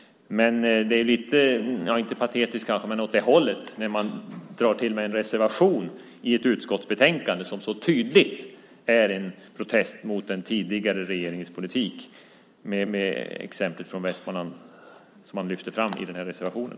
Det är lite kanske inte patetiskt men åt det hållet när man drar till med en reservation i ett utskottsbetänkande som så tydligt är en protest mot den tidigare regeringens politik, med exemplet från Västmanland som man lyfter fram i den här reservationen.